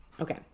Okay